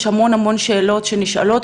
יש לה המון המון שאלות שנשאלות,